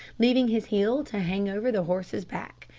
leaving his heel to hang over the horse's back,